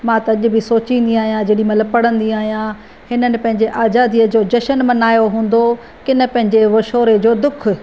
मां त अॼ बि सोचींदी आहियां जेॾी महिल पढ़ंदी आहियां हिननि पंहिंजे आज़ादीअ जो जशन मल्हायो हूंदो की न पंहिंजे विछोरे जो दुख